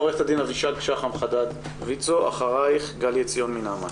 עו"ד אבישג שחם חדד מויצ"ו ואחרייך גליה עציון מנעמ"ת.